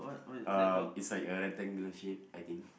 uh it's like a rectangular shape I think